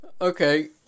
Okay